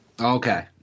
Okay